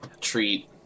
treat